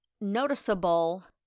noticeable